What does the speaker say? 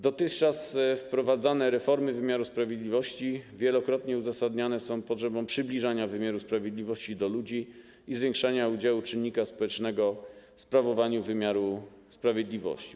Dotychczas wprowadzane reformy wymiaru sprawiedliwości wielokrotnie uzasadniane są potrzebą przybliżania wymiaru sprawiedliwości do ludzi i zwiększania udziału czynnika społecznego w sprawowaniu wymiaru sprawiedliwości.